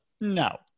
no